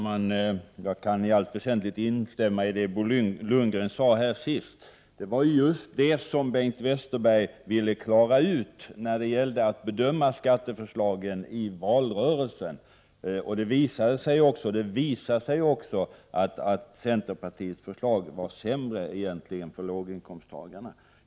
Herr talman! Jag kan i allt väsentligt instämma i det Bo Lundgren sade | senast. Det var just det som Bengt Westerberg ville klara ut när det gällde att bedöma skatteförslagen i valrörelsen. Det visar sig också att centerpartiets förslag egentligen är sämre för låginkomsttagare.